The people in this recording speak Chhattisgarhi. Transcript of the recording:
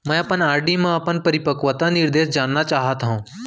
मै अपन आर.डी मा अपन परिपक्वता निर्देश जानना चाहात हव